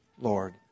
Lord